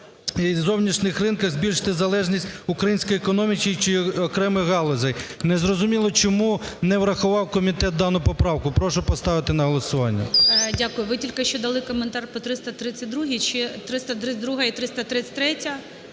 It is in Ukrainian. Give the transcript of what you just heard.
Дякую. Ви тільки що дали коментар по 332-й чи 322-а